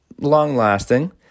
long-lasting